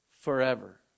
forever